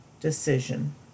decision